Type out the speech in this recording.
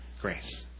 grace